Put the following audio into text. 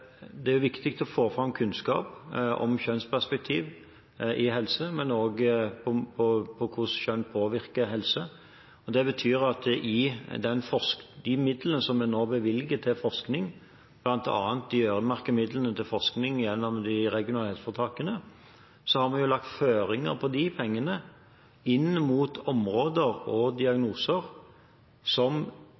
viktig å få fram kunnskap om kjønnsperspektiv på helseområdet, hvordan kjønn påvirker helse. De midlene som en nå bevilger til forskning, bl.a. de øremerkede midlene til forskning gjennom de regionale helseforetakene, betyr at vi har lagt føringer for de pengene inn mot områder og diagnoser som